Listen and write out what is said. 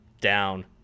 down